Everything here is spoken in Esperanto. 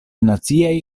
naciaj